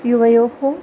युवयोः